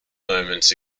moments